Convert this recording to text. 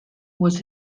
was